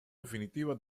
definitiva